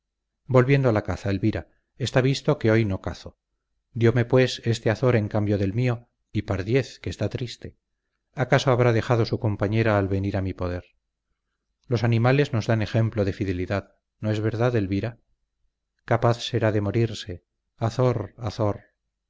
volviendo a la caza elvira está visto que hoy no cazo diome pues este azor en cambio del mío y pardiez que está triste acaso habrá dejado su compañera al venir a mi poder los animales nos dan ejemplo de fidelidad no es verdad elvira capaz será de morirse azor azor